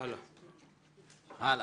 הלאה: